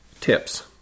Tips